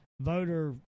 voter